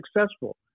successful